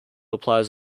applies